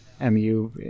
mu